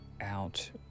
out